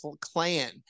clan